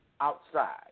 outside